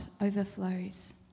overflows